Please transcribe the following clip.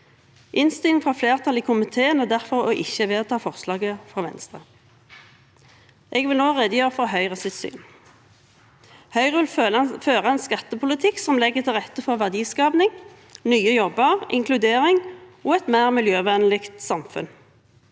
Innstillingen fra flertallet i komiteen er derfor å ikke vedta forslaget fra Venstre. Jeg vil nå redegjøre for Høyres syn. Høyre vil føre en skattepolitikk som legger til rette for verdiskaping, nye jobber, inkludering og et mer miljøvennlig samfunn.